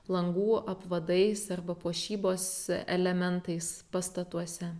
langų apvadais arba puošybos elementais pastatuose